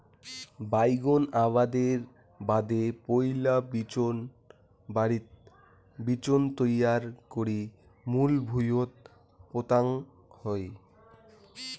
বাইগোন আবাদের বাদে পৈলা বিচোনবাড়িত বিচোন তৈয়ার করি মূল ভুঁইয়ত পোতাং হই